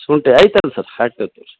ಶುಂಠಿ ಐತೆ ಅಲ್ಲ ಸರ್ ಹಾಕ್ತೀವಿ ರೀ